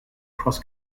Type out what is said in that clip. cross